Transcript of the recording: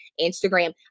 Instagram